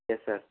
yes sir